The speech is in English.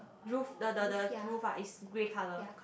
roof the the the roof ah is grey colour